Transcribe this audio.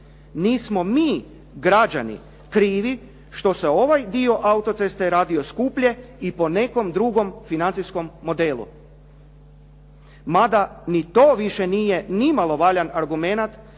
Nismo mi građani krivi što se ovaj dio autoceste radio skuplje i po nekom drugom financijskom modelu. Mada ni to više nije nimalo valjan argument